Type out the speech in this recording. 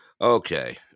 okay